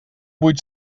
vuit